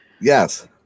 Yes